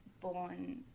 born